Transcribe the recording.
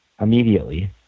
immediately